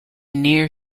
near